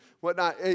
whatnot